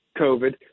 COVID